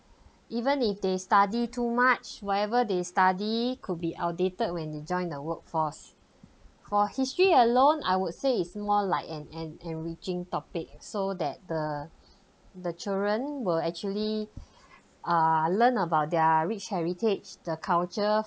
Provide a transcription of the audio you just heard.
even if they study too much whatever they study could be outdated when they joined the workforce for history alone I would say it's more like an an enriching topic so that the the children were actually err learn about their rich heritage the culture